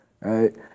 right